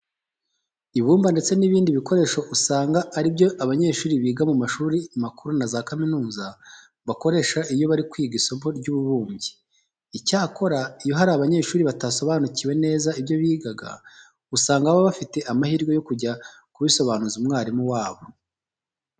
Ibumba ndetse n'ibindi bikoresho usanga ari byo abanyeshuri biga mu mashuri makuru na za kaminuza bakoresha iyo bari kwiga isomo ry'ububumbyi. Icyakora iyo hari abanyeshuri batasobanukiwe neza ibyo bigaga, usanga baba bafite amahirwe yo kujya kubisobanuza umwarimu wabo.